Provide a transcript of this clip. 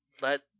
let